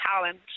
Talent